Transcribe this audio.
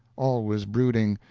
always brooding,